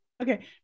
Okay